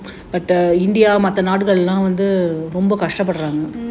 mm